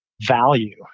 value